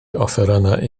offerynnau